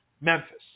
Memphis